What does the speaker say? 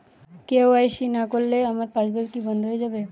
KYC না করলে আমার পাশ বই কি বন্ধ হয়ে যাবে?